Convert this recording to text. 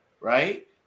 right